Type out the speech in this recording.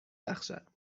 بخشد